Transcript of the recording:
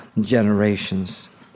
generations